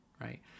Right